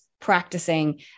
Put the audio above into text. practicing